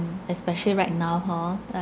especially right now hor